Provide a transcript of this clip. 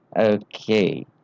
okay